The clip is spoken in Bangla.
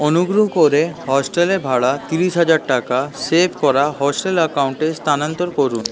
অনুগ্রহ করে হস্টেলের ভাড়া তিরিশ হাজার টাকা সেভ করা হোস্টেল অ্যাকাউন্টে স্থানান্তর করুন